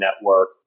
network